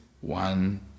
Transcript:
one